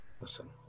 Listen